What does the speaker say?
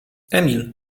emil